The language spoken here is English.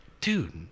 Dude